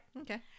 Okay